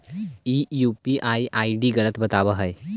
ई UPI ID गलत बताबीत हो